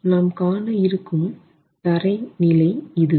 நாம் காண இருக்கும் தரை நிலை இதுவே